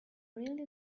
really